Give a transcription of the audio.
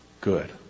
good